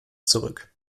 zurück